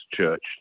church